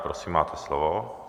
Prosím, máte slovo.